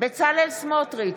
בצלאל סמוטריץ'